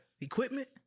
equipment